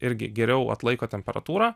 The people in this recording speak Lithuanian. irgi geriau atlaiko temperatūrą